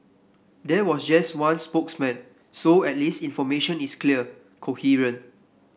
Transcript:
there was just one spokesman so at least information is clear coherent